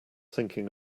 thinking